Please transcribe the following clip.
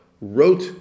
wrote